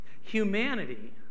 Humanity